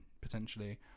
potentially